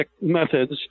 methods